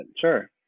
Sure